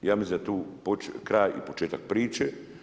Ja mislim da je tu kraj i početak priče.